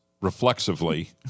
reflexively